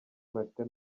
martin